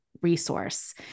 resource